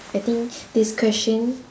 I think this question